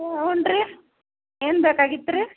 ಹ್ಞೂ ಹ್ಞೂ ರೀ ಏನು ಬೇಕಾಗಿತ್ತು ರೀ